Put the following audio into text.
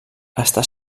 està